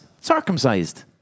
circumcised